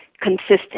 consistent